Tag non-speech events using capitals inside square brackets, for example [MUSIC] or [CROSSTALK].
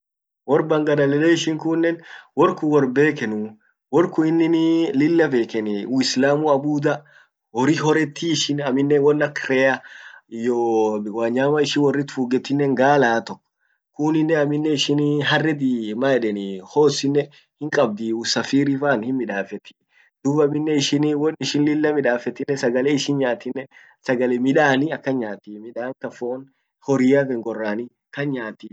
Wor Bangladesh kunnen, wor kun worr bekenuu. Worr kun inin [HESITATION] lilla bekeni uislamu abudda, horri horreti ishin, amminen won ak rea iyyo wanyama ishin worrit fuggetinen gala tok, kunninen amminen ishin [HESITATION] hareedi maeden [HESITATION] horse innen hinkabdi usafiri faan himmidafeti. dub amminen ishin won ishin lilla midafettinen sagale ishin nyaatinnen sagale midani akan nyaati, midan kan fon horriatin gorrani kan nyaati ishin dib ete worr Bangladesh.